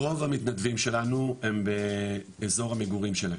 רוב המתנדבים שלנו הם באזור המגורים שלהם.